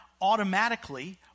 automatically